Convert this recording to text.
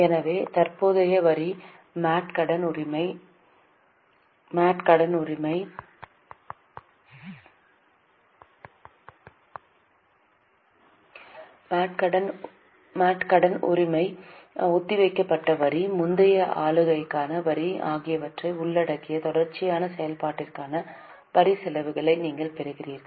எனவே தற்போதைய வரி MAT கடன் உரிமை ஒத்திவைக்கப்பட்ட வரி முந்தைய ஆண்டுகளுக்கான வரி ஆகியவற்றை உள்ளடக்கிய தொடர்ச்சியான செயல்பாட்டிற்கான வரி செலவுகளை நீங்கள் பெற்றுள்ளீர்கள்